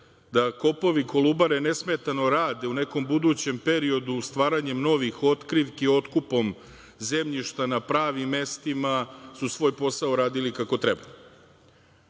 da kopovi Kolubare nesmetano rade u nekom budućem periodu u stvaranje novih otkrivki otkupom zemljišta na pravim mestima su svoj posao radili kako treba. Šta